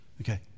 okay